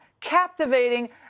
captivating